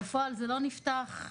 בפועל זה לא נפתח.